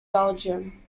belgium